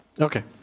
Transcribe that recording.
Okay